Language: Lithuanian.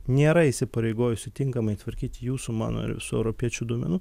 nėra įsipareigojusi tinkamai tvarkyti jūsų mano ir visų europiečių duomenų